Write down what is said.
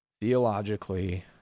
theologically